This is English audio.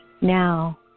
Now